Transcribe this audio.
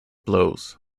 blows